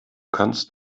kannst